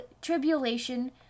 tribulation